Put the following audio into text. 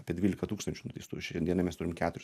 apie dvylika tūkstančių nuteistųjų šiandienai mes turim keturis